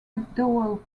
mcdowell